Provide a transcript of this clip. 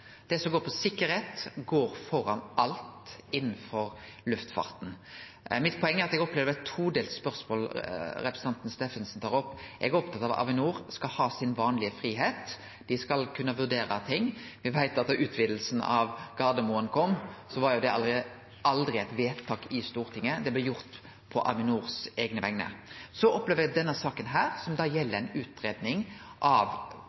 Sikkerheit går framfor alt innanfor luftfarten. Poenget mitt er at eg opplever at det er eit todelt spørsmål representanten Steffensen tar opp. Eg er opptatt av at Avinor skal ha sin vanlege fridom, dei skal kunne vurdere ting. Me veit at da utvidinga av Gardermoen kom, var jo det aldri eit vedtak i Stortinget. Det blei gjort på Avinors eigne vegner. Så opplever eg at denne saka, som gjeld ei utgreiing av